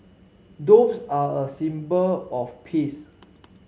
doves are a symbol of peace